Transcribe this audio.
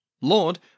Lord